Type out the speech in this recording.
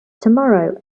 tomorrow